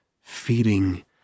feeding